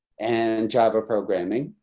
and java programming.